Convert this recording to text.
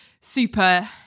super